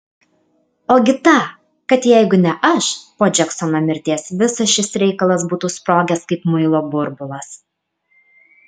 ogi tą kad jeigu ne aš po džeksono mirties visas šis reikalas būtų sprogęs kaip muilo burbulas